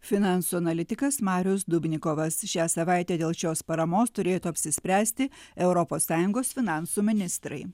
finansų analitikas marius dubnikovas šią savaitę dėl šios paramos turėtų apsispręsti europos sąjungos finansų ministrai